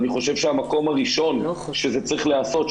אני חושב שהמקום הראשון שזה צריך להיעשות,